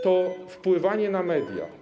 To wpływanie na media.